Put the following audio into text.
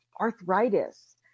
arthritis